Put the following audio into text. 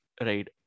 right